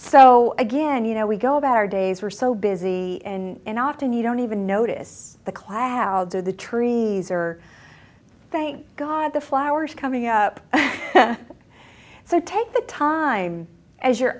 so again you know we go about our days are so busy and often you don't even notice the cloud or the trees or thank god the flowers coming up so take the time as you're